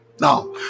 now